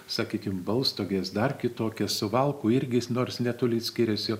sakykim balstogės dar kitokia suvalkų irgi nors netoli skiriasi